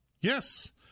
Yes